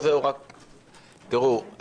תראו,